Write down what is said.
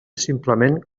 simplement